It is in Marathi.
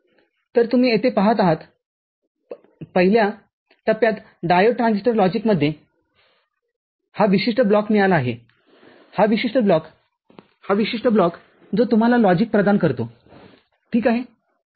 तरतुम्ही येथे पहात आहात पहिल्या टप्प्यात डायोड ट्रान्झिस्टर लॉजिकमध्येहा विशिष्ट ब्लॉक मिळाला आहे हा विशिष्ट ब्लॉक हा विशिष्ट ब्लॉक जो तुम्हाला लॉजिक प्रदान करतो ठीक आहे